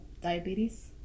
diabetes